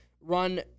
run